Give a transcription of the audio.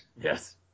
Yes